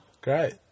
Great